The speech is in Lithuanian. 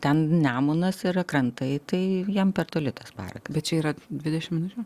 ten nemunas yra krantai tai jam per toli tas parakas bet čia yra dvidešim minučių